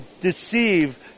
deceive